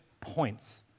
points